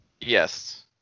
Yes